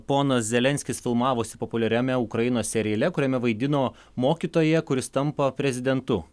ponas zelenskis filmavosi populiariame ukrainos seriale kuriame vaidino mokytoją kuris tampa prezidentu